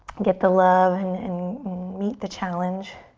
get the love and and meet the challenge.